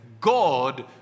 God